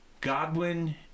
Godwin